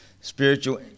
spiritual